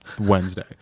Wednesday